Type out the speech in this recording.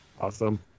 Awesome